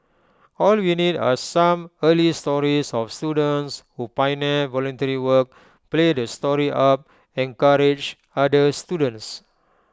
all we need are some early stories of students who pioneer voluntary work play the story up encourage other students